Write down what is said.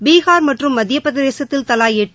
பீகா் மற்றும் மத்திய பிரதேசத்தில் தவா எட்டு